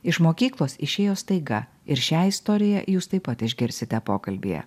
iš mokyklos išėjo staiga ir šią istoriją jūs taip pat išgirsite pokalbyje